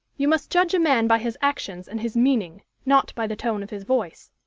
you must judge a man by his actions and his meaning, not by the tone of his voice.